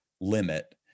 limit